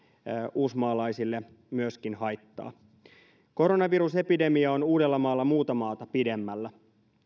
uusmaalaisille myöskin haittaa koronavirusepidemia on uudellamaalla muuta maata pidemmällä